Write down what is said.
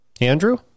Andrew